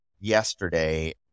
yesterday